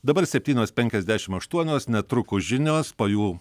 dabar septynios penkiasdešimt aštuonios netrukus žinios po jų